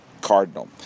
Cardinal